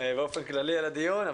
באופן כללי על הדיון.